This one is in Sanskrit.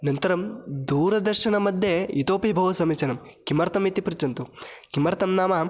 अनन्तरं दूरदर्शनमध्ये इतोपि बहु समीचीनं किमर्थमिति पृच्छन्तु किमर्थं नाम